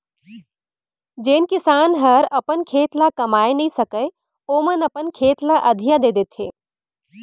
जेन किसान हर अपन खेत ल कमाए नइ सकय ओमन अपन खेत ल अधिया दे देथे